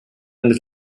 ein